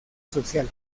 social